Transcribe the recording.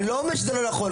אני לא אומר שזה לא נכון,